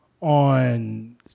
on